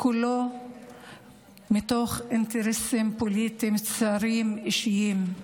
כולו מתוך אינטרסים פוליטיים צרים, אישיים.